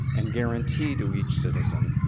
and guarantee to each citizen,